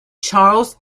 charles